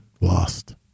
lost